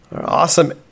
awesome